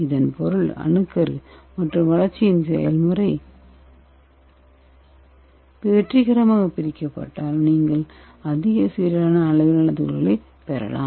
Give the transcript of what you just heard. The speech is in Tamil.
இதன் பொருள் அணுக்கரு மற்றும் வளர்ச்சியின் செயல்முறை வெற்றிகரமாக பிரிக்கப்பட்டால் நீங்கள் அதிக சீரான அளவிலான துகள்களைப் பெறலாம்